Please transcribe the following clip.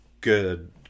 good